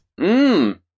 Mmm